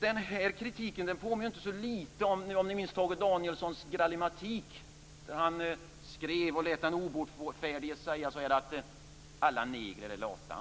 Den kritiken påminner inte så lite om Tage Danielssons Grallimatik om ni minns den. Där skrev han och lät den obotfärdige säga: Alla negrer är lata.